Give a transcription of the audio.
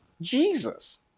Jesus